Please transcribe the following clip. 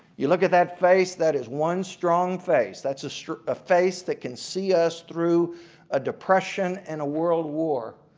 you look at that face, that is one strong face. that's a ah face that can see us through a depression and a world war.